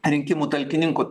rinkimų talkininkų